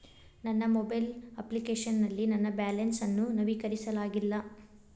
ನನ್ನ mobile application ನಲ್ಲಿ ನನ್ನ ಬ್ಯಾಲೆನ್ಸ್ ಅನ್ನು ನವೀಕರಿಸಲಾಗಿಲ್ಲ